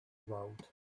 road